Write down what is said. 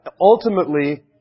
ultimately